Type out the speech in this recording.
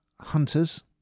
Hunters